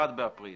1 באפריל